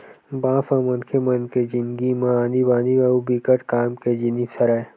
बांस ह मनखे मन के जिनगी म आनी बानी अउ बिकट काम के जिनिस हरय